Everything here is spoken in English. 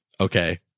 okay